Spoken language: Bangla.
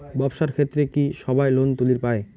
ব্যবসার ক্ষেত্রে কি সবায় লোন তুলির পায়?